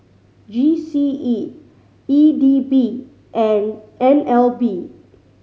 G C E E D B and N L B